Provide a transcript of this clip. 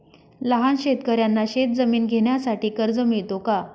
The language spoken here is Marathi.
लहान शेतकऱ्यांना शेतजमीन घेण्यासाठी कर्ज मिळतो का?